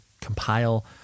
compile